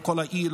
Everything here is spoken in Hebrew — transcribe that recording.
לכל העיר,